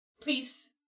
Please